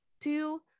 two